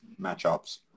matchups